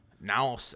Now